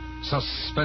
Suspense